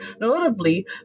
Notably